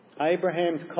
Abraham's